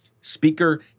Speaker